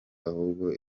ahubwo